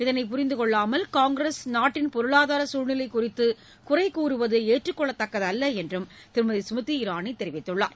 இதனை புரிந்துகொள்ளாமல் காங்கிரஸ் நாட்டின் பொருளாதார சூழ்நிலை குறித்து குறை கூறுவது ஏற்றுக்கொள்ளத்தக்கதல்ல என்றும் திருமதி ஸ்மிருதி இரானி தெரிவித்தார்